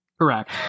Correct